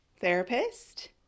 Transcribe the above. therapist